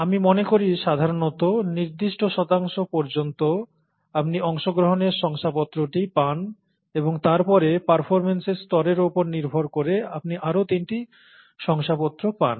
আমি মনে করি সাধারণত নির্দিষ্ট শতাংশ পর্যন্ত আপনি অংশগ্রহণের শংসাপত্রটি পান এবং তারপরে পারফরম্যান্সের স্তরের উপর নির্ভর করে আপনি আরও তিনটি শংসাপত্র পান